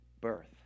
birth